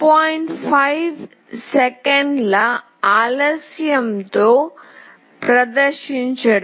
5 సెకన్ల ఆలస్యం తో ప్రదర్శించడం